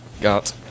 Got